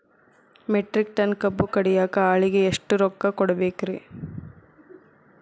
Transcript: Metric ton ಕಬ್ಬು ಕಡಿಯಾಕ ಆಳಿಗೆ ಎಷ್ಟ ರೊಕ್ಕ ಕೊಡಬೇಕ್ರೇ?